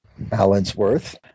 Allensworth